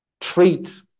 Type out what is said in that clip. treat